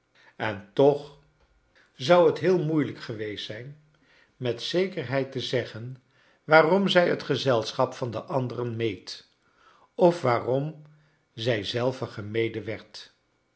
en toch zou het heel moeilijk geweest zijn met zekerheid te zeggen waarom zij het gezelschap van de anderen meed of waarom zij zelve gemeden werd